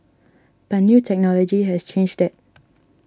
but new technology has changed that